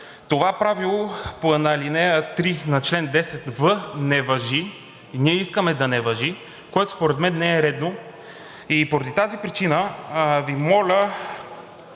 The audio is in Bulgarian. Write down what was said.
това правило по ал. 3 на чл. 10в не важи – ние искаме да не важи, което според мен не е редно. Поради тази причина Ви моля